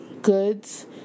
goods